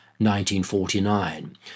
1949